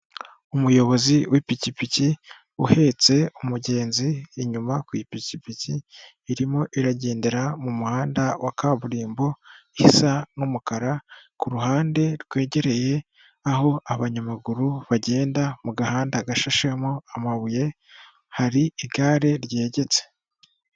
Umuyobozi w'ipikipiki uhetse umugenzi inyuma ku ipikipiki, irimo iragendera mu muhanda wa kaburimbo isa n'umukara ku ruhande rwegereye aho abanyamaguru bagenda mu gahanda gashashemo amabuye, hari igare ryegetse.